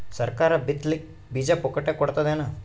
ಸರಕಾರ ಬಿತ್ ಲಿಕ್ಕೆ ಬೀಜ ಪುಕ್ಕಟೆ ಕೊಡತದೇನು?